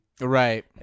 right